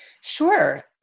Sure